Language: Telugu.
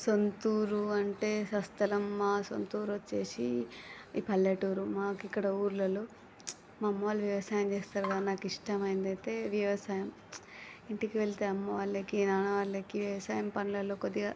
సొంతూరు అంటే స్వస్థలం మా సొంతూరు వచ్చేసి ఈ పల్లెటూరు మాకు ఇక్కడ ఊర్లలో మా అమ్మ వాళ్ళు వ్యవసాయం చేస్తారు నాకు ఇష్టమైందైతే వ్యవసాయం ఇంటికి వెళ్తే అమ్మ వాళ్ళకి నాన్న వాళ్ళకి వ్యవసాయం పనులలో కొద్దిగా